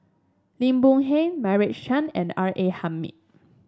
Lim Boon Heng Meira Chand and R A Hamid